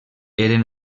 eren